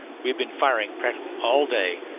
we have been firing practically all day,